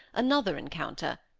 another encounter,